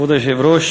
כבוד היושב-ראש,